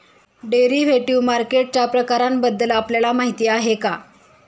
Derivative मार्केटच्या प्रकारांबद्दल आपल्याला माहिती आहे का?